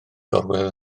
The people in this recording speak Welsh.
gorwedd